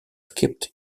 skipped